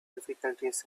difficulties